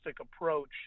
approach